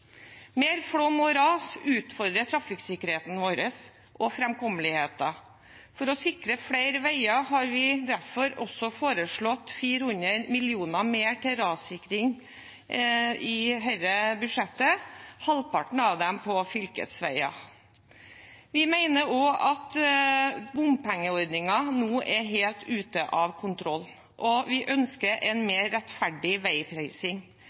Mer flom og ras utfordrer trafikksikkerheten vår og framkommeligheten. For å sikre flere veier har vi derfor også foreslått 400 mill. kr mer til rassikring i dette budsjettet – halvparten av dem på fylkesveier. Vi mener også at bompengeordningen nå er helt ute av kontroll, og vi ønsker en